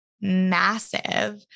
massive